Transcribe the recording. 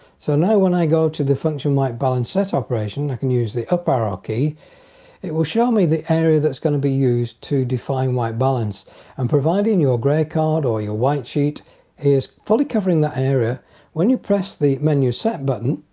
so now when i go to the function white balance set operation i can use the up arrow key it will show me the area that's going to be used to define white balance and providing your gray card or your white sheet is fully covering that area when you press the menu set button